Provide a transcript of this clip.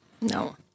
No